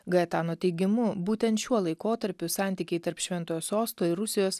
gajetano teigimu būtent šiuo laikotarpiu santykiai tarp šventojo sosto ir rusijos